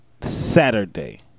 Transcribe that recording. Saturday